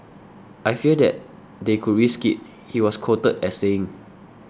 I fear that they could risk it he was quoted as saying